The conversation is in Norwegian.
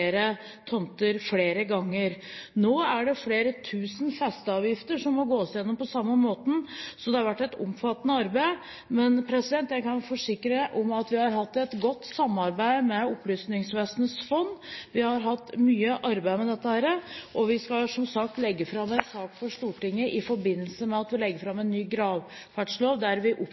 tomter flere ganger. Nå er det flere tusen festeavgifter som må gås igjennom på samme måte, så det har vært et omfattende arbeid. Men jeg kan forsikre om at vi har hatt et godt samarbeid med Opplysningsvesenets fond. Vi har hatt mye arbeid med dette, og vi skal som sagt legge fram en sak for Stortinget i forbindelse med at vi legger fram en ny gravferdslov. Der opphever vi